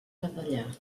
badallar